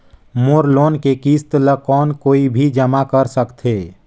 मोर loan के किस्त ल कौन कोई भी जमा कर सकथे?